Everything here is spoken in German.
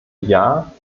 jahr